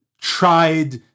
tried